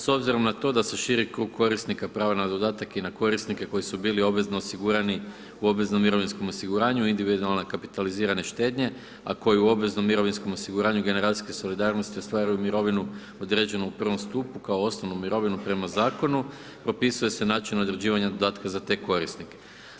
S obzirom na to da se širi krug korisnika prava na dodatak i na korisnike koji su bili obvezno osigurani u obveznom mirovinskom osiguranju individualne kapitalizirane štednje, a koji u obveznom mirovinskom osiguranju generacijske solidarnosti ostvaruju mirovinu određenu u prvom stupu kao osnovnu mirovinu prema Zakonu, propisuje se načelno izrađivanje dodatka za te korisnike.